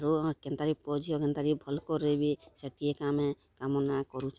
ଆରୁ ଆମେ କେନ୍ତା କରିକି ପୁଅ ଝିଅ କେନ୍ତା କରି ଭଲ୍କରି ରହେବେ ସେତ୍କି ଏକା ଆମେ କାମ୍ନା କରୁଛୁଁ